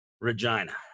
Regina